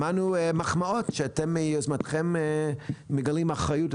שמענו מחמאות שאתם מיוזמתכם מגלים אחריות.